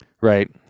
right